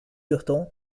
lurton